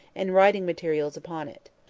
and writing materials upon it.